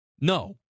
no